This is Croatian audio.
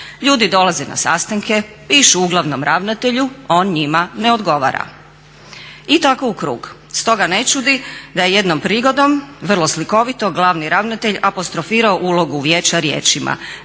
Ljudi dolaze na sastanke, pišu uglavnom ravnatelju, on njima ne odgovara i tako u krug. Stoga ne čudi da je jednom prigodom vrlo slikovito glavni ravnatelj apostrofirao ulogu Vijeća riječima: